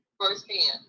firsthand